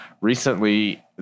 recently